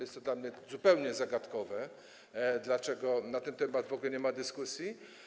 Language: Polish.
Jest to dla mnie zupełnie zagadkowe, dlaczego na ten temat w ogóle nie ma dyskusji.